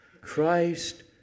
Christ